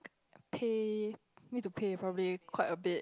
pay need to pay probably quite a bit